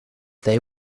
they